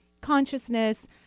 consciousness